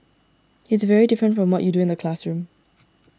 it's very different from what you do in the classroom